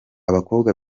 abakobwa